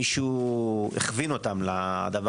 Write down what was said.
מישהו הכווין אותם לזה.